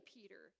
Peter